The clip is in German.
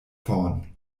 vorn